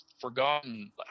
forgotten